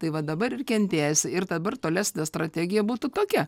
tai va dabar ir kentėsi ir dabar tolesnė strategija būtų tokia